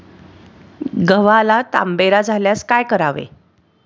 गव्हाला तांबेरा झाल्यास काय करावे?